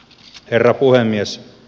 herra puhemies